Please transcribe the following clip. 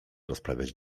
rozprawiać